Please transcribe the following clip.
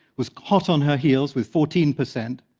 was hot on her heels with fourteen percent,